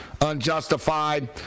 unjustified